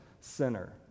sinner